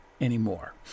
anymore